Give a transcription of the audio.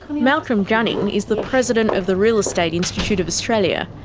malcolm gunning is the president of the real estate institute of australia.